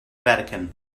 vatican